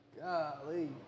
golly